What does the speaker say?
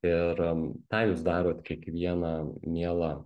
ir tą jūs darot kiekvieną mielą